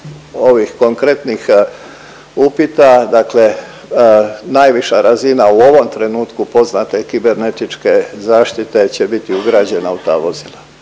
ovih konkretnih upita, dakle najviša razina u ovom trenutku poznate kibernetičke zaštite će biti ugrađena u ta vozila.